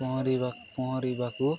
ପହଁରିବା ପହଁରିବାକୁ